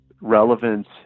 relevance